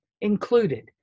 included